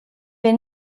wir